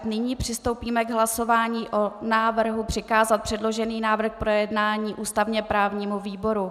Nyní přistoupíme k hlasování o návrhu přikázat předložený návrh k projednání ústavněprávnímu výboru.